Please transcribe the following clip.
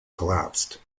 collapsed